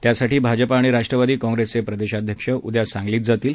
त्यासाठी भाजप आणि राष्ट्रवादी काँप्रेसचे प्रदेशाध्यक्ष उद्या सांगलीत जाणार आहेत